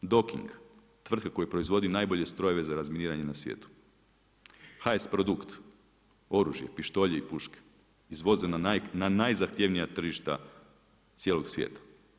Dok-Ing tvrtka koja proizvodi najbolje strojeve za razminiranje na svijetu, HS-produkt oružje, pištolji i puške izvoze na najzahtjevnija tržišta cijelog svijeta.